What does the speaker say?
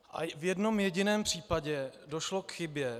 V jednom jediném případě došlo k chybě.